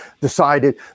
decided